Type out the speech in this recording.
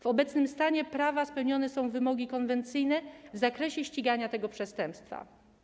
W obecnym stanie prawa spełnione są wymogi konwencyjne w zakresie ścigania tego przestępstwa.